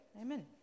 Amen